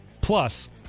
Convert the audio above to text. plus